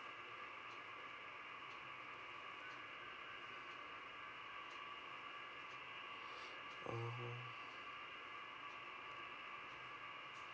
oh